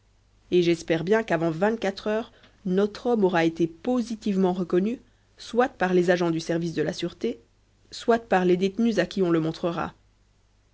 et j'espère bien qu'avant vingt-quatre heures notre homme aura été positivement reconnu soit par les agents du service de la sûreté soit par les détenus à qui on le montrera